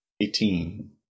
Eighteen